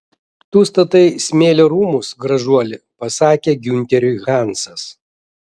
tu statai smėlio rūmus gražuoli pasakė giunteriui hansas